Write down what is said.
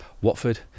Watford